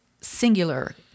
singular